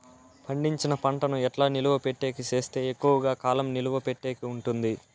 పండించిన పంట ను ఎట్లా నిలువ పెట్టేకి సేస్తే ఎక్కువగా కాలం నిలువ పెట్టేకి ఉంటుంది?